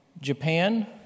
Japan